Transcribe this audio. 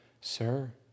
Sir